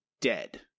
dead